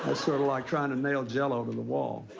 ah sort of like trying to nail jell-o to the wall.